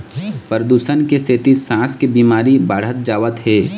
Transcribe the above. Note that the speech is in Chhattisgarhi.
परदूसन के सेती सांस के बिमारी बाढ़त जावत हे